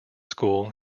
school